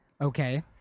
Okay